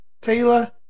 Taylor